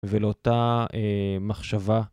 ולאותה מחשבה.